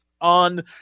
on